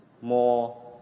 more